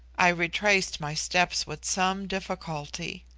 i retraced my steps with some difficulty.